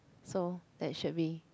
so that should be